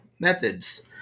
Methods